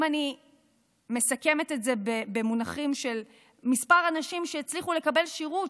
אם אני מסכמת את זה במונחים של מספר אנשים שהצליחו לקבל שירות,